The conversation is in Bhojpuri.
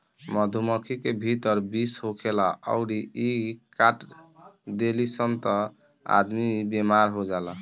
मधुमक्खी के भीतर विष होखेला अउरी इ काट देली सन त आदमी बेमार हो जाला